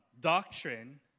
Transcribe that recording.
Doctrine